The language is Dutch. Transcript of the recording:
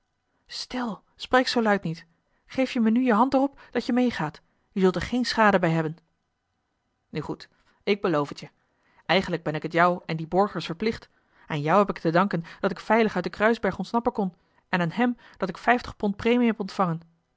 stil spreek zoo luid niet geef je me nu je hand er op dat je mee gaat je zult er geen schade bij hebben nu goed ik beloof het je eigenlijk ben ik het jou en dien borgers verplicht aan jou heb ik te danken dat ik veilig uit den kruisberg ontsnappen kon en aan hem dat ik vijftig pond premie heb ontvangen